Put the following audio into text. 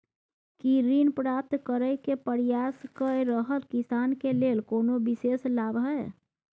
की ऋण प्राप्त करय के प्रयास कए रहल किसान के लेल कोनो विशेष लाभ हय?